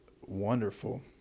wonderful